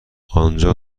آنجا